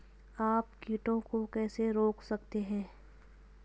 आप कीटों को कैसे रोक सकते हैं?